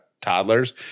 toddlers